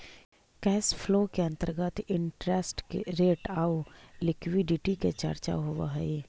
cash flow के अंतर्गत interest rate आउ लिक्विडिटी के चर्चा होवऽ हई